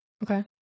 okay